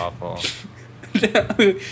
awful